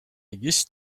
used